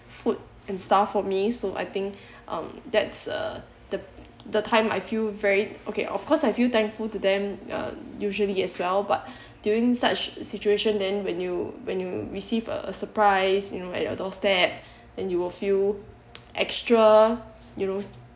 food and stuff for me so I think um that's uh the the time I feel very okay of course I feel thankful to them uh usually as well but during such situation then when you when you receive a surprise you know at your doorstep and you will feel extra you know